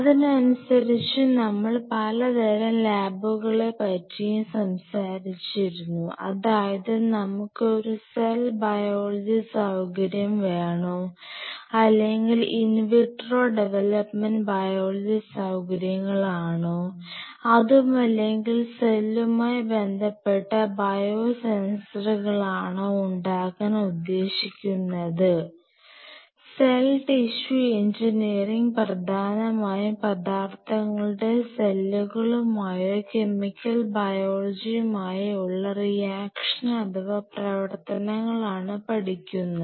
അതിനനുസരിച്ച് നമ്മൾ പലതരം ലാബുകളെ പറ്റിയും സംസാരിച്ചിരുന്നു അതായത് നമുക്ക് ഒരു സെൽ ബയോളജി സൌകര്യം വേണോ അല്ലെങ്കിൽ ഇൻവിട്രോ ഡെവലപ്മെൻറ് ബയോളജി സൌകര്യങ്ങൾ ആണോ അതുമല്ലെങ്കിൽ സെല്ലുമായി ബന്ധപ്പെട്ട ബയോ സെൻസറുകളാണോ ഉണ്ടാക്കാൻ ഉദ്ദേശിക്കുന്നത് സെൽ ടിഷ്യു എൻജിനീയറിങ് പ്രധാനമായും പദാർഥങ്ങളുടെ സെല്ലുകളുമായോ കെമിക്കൽ ബയോളജിയുമായോ ഉള്ള റിയാക്ഷൻ അഥവാ പ്രവർത്തനങ്ങളാണ് പഠിക്കുന്നത്